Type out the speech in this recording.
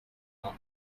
not